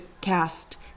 cast